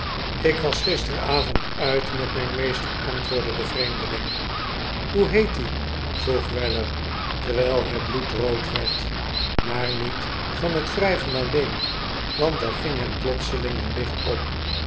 ik was gisterenavond uit met mijn meester antwoordde de vreemdeling hoe heet die vroeg weller terwijl hij bloedrood werd maar niet van net wrijven alleen want er ging hem plotseling een licht op